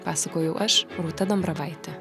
pasakojau aš rūta dambravaitė